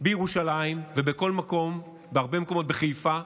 בירושלים ובכל מקום, בהרבה מקומות, בחיפה,